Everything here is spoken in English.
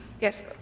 Yes